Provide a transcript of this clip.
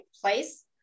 place